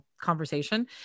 conversation